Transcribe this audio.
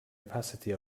opacity